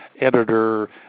editor